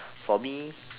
for me